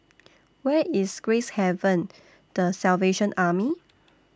Where IS Gracehaven The Salvation Army